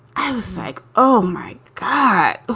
i was like, oh, my god.